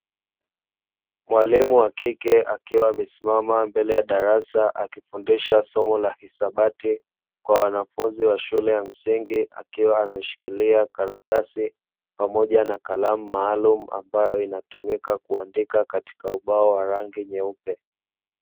Mwalimu wa kike akiwa amesimama mbele ya darasa, akifundisha somo la hisabati kwa wanafunzi wa shule ya msingi, akiwa ameshikilia karatasi pamoja na kalamu maalumu ambayo inatumika kuandika katika ubao wa rangi nyeupe.